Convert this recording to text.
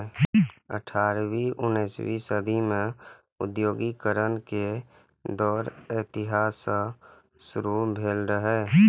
अठारहवीं उन्नसवीं सदी मे औद्योगिकीकरण के दौर एतहि सं शुरू भेल रहै